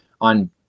on